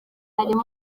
harimo